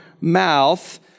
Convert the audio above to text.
mouth